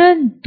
एक भाग मानतो